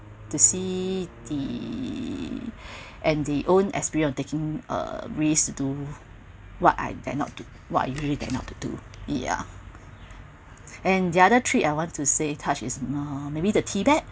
to see the and the own experience of taking a risk to do what I dare not do what I usually dare not to do yeah and the other trip I want to say uh maybe the tibet